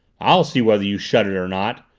i'll see whether you shut it or not!